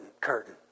curtain